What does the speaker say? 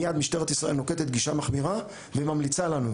מיד משטרת ישראל נוקטת בגישה מחמירה והיא ממליצה לנו,